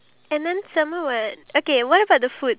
you had that ya